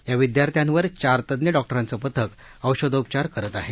या विद्यार्थ्यांवर चार तज्ञ डॉक्टरांचं पथक औषधोपचार करत आहे